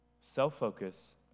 Self-focus